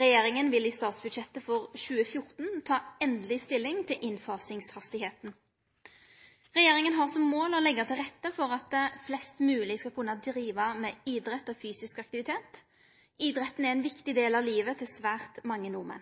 Regjeringa vil i statsbudsjettet for 2014 ta endeleg stilling til innfasingshastigheita. Regjeringa har som mål å leggje til rette for at flest mogleg skal kunne drive med idrett og fysisk aktivitet. Idretten er ein viktig del av livet til svært mange